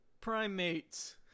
Primates